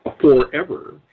forever